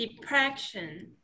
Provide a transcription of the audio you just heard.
depression